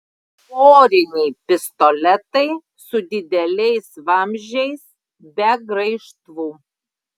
poriniai pistoletai su dideliais vamzdžiais be graižtvų